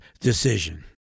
decision